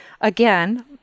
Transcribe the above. again